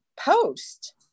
post